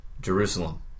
Jerusalem